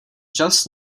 just